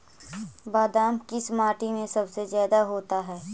बादाम किस माटी में सबसे ज्यादा होता है?